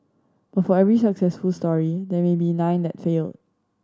but for every successful story there may be nine that failed